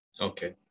Okay